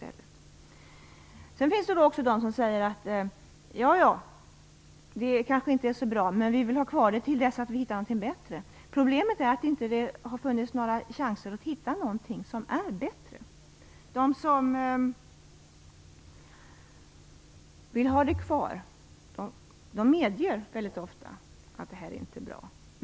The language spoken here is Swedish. Andra säger återigen att Gotlandstillägget kanske inte är så bra men att de vill ha kvar det tills de hittar något bättre. Problemet är att det inte har funnits några chanser att hitta någonting som är bättre. De som vill ha kvar tillägget medger mycket ofta att det inte är bra.